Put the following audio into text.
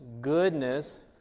goodness